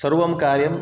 सर्वं कार्यं